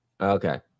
Okay